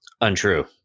untrue